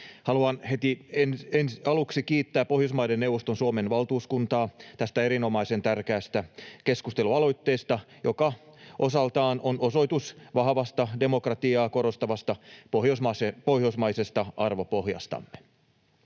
Haluan heti aluksi kiittää Pohjoismaiden neuvoston Suomen valtuuskuntaa tästä erinomaisen tärkeästä keskustelualoitteesta, joka osaltaan on osoitus vahvasta, demokratiaa korostavasta pohjoismaisesta arvopohjastamme.